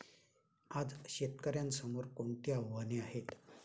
आज शेतकऱ्यांसमोर कोणती आव्हाने आहेत?